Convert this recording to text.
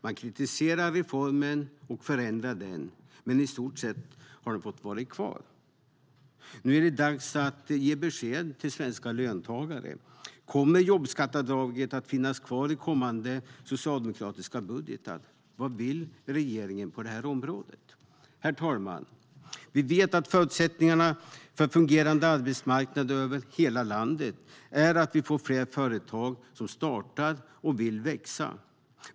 Man kritiserar reformen och förändrar den, men i stort sett har den fått vara kvar. Nu är det dags att ge besked till svenska löntagare: Kommer jobbskatteavdraget att finnas kvar i kommande socialdemokratiska budgetar? Vad vill regeringen på detta område? Herr talman! Vi vet att förutsättningen för en fungerande arbetsmarknad över hela landet är att vi får fler företag som startar och vill växa.